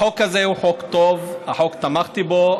החוק הזה הוא חוק טוב, תמכתי בו.